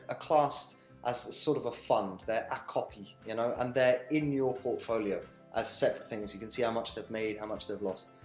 ah classed as, sort of, a fund. they're a copy, you know, and they're in your portfolio as separate things you can see how much they've made, how much they've lost.